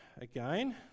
again